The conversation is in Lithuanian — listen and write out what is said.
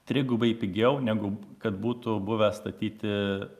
trigubai pigiau negu kad būtų buvę statyti